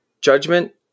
judgment